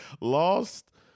lost